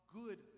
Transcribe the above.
good